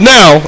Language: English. Now